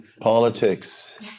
Politics